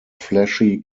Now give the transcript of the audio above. fleshy